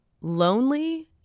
lonely